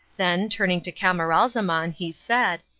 then, turning to camaralzaman, he said,